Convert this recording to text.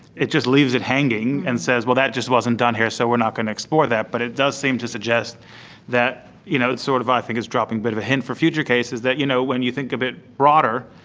it just leaves it hanging and says, well, that just wasn't done here so we're not going to explore that. but it does seem to suggest that, you know sort of i think it's dropping a bit of a hint for future cases, that you know when you think a bit broader,